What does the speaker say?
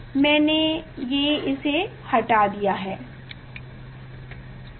मैंने ये इसे हटा दिया है